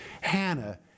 Hannah